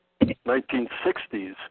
1960s